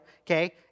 okay